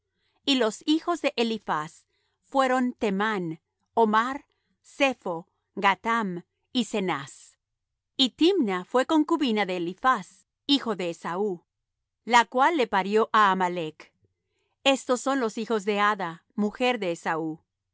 y los hijos de eliphaz fueron temán omar zepho gatam y cenaz y timna fué concubina de eliphaz hijo de esaú la cual le parió á amalec estos son los hijos de ada mujer de esaú y